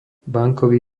bankový